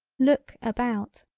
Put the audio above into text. look a bout.